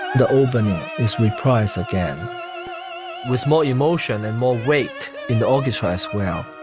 the albany is reprice again with more emotion and more weight in august, rice well,